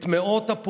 את מאות הפעולות